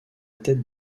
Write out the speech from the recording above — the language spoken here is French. tête